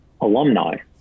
alumni